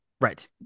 Right